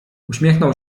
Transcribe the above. uśmiechnął